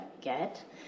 get